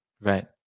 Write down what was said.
Right